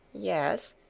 yes,